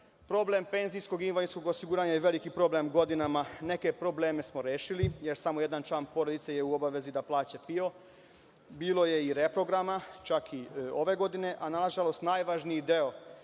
penzijskog i invalidskog osiguranja je veliki problem godinama. Neke probleme smo rešili, jer samo jedan član porodice je u obavezi da plaća PIO. Bilo je i reprograma, čak i ove godine, a nažalost, najvažniji deo